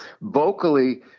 vocally